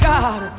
God